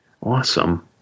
awesome